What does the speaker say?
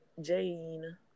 Jane